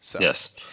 Yes